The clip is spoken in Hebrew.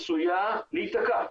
עשויה להיתקע,